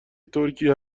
ترکیه